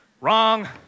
Wrong